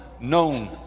known